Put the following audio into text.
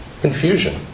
confusion